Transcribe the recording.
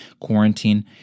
quarantine